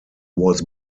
was